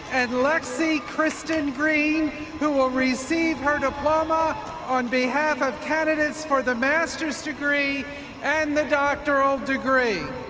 and lexy kristin green who will receive her diploma on behalf of candidates for the master's degree and the doctoral degree.